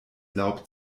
laub